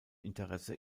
interesse